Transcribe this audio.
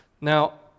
Now